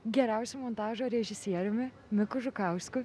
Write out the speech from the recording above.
geriausiu montažo režisieriumi miku žukausku